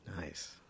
Nice